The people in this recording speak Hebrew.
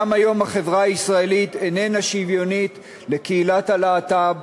גם היום החברה הישראלית אינה שוויונית לקהילת הלהט"ב,